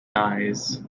eyes